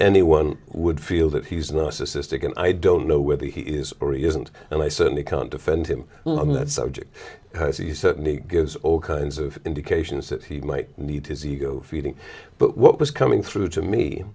anyone would feel that he's not assisting and i don't know whether he is or isn't and i certainly can't defend him on that subject because he certainly gives all kinds of indications that he might need his ego feeding but what was coming through to me